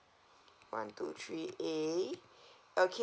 one two three A okay